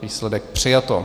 Výsledek: přijato.